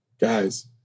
guys